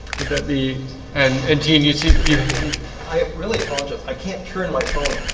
would that be and ingeniously i really apologize i can't turn my phone